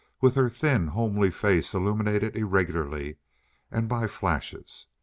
with her thin, homely face illuminated irregularly and by flashes.